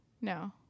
No